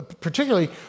particularly